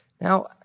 Now